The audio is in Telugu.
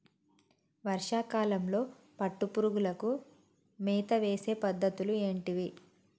వర్షా కాలంలో పట్టు పురుగులకు మేత వేసే పద్ధతులు ఏంటివి?